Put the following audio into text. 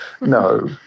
no